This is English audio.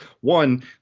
One